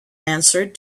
answered